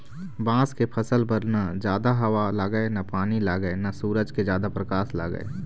बांस के फसल बर न जादा हवा लागय न पानी लागय न सूरज के जादा परकास लागय